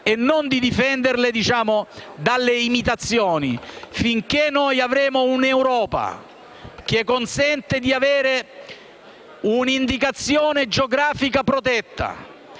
e non di difenderle dalle imitazioni. Finché l'Europa consentirà di avere un'indicazione geografica protetta